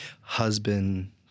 Husband